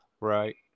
Right